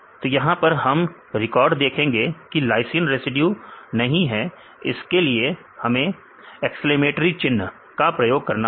तो यहां पर हम रिकॉर्ड देखेंगे की लाइसीन रेसिड्यू नहीं हो इसके लिए हमें एक्सक्लेमेटरी चिन्ह का प्रयोग करना होगा